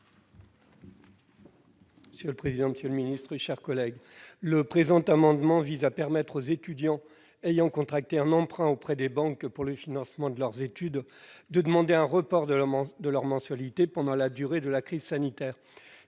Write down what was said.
ainsi libellé : La parole est à M. Joël Labbé. Le présent amendement vise à permettre aux étudiants ayant contracté un emprunt auprès des banques pour le financement de leurs études de demander un report de leurs mensualités pendant la durée de la crise sanitaire.